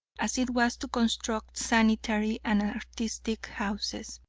as it was to construct sanitary and artistic houses.